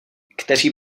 kteří